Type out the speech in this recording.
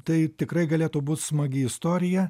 tai tikrai galėtų būt smagi istorija